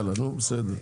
בסדר.